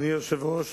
אדוני היושב-ראש,